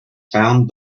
found